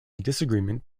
disagreement